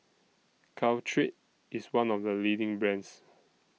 Caltrate IS one of The leading brands